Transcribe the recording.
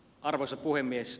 arvoisa puhemies